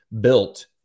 built